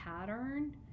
pattern